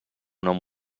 nom